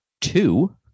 two